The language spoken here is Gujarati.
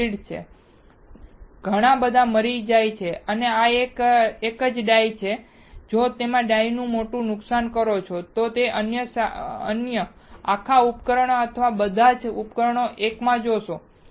આ ગ્રીડ્સ છે ઘણા બધા મરી જાય છે અને આ એક જ ડાઇ છે અને જો તમે આ ડાઇને મોટું કરો છો તો તમે અન્ય આખા ઉપકરણ અથવા ઘણા બધા ઉપકરણોને એકમાં જોશો